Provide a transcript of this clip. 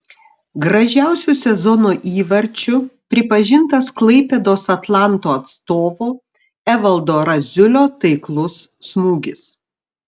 gražiausiu sezono įvarčiu pripažintas klaipėdos atlanto atstovo evaldo raziulio taiklus smūgis